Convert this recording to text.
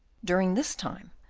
during this time,